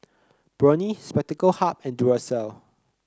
Burnie Spectacle Hut and Duracell